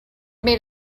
made